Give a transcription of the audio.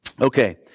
Okay